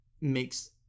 makes